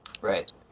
Right